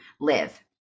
live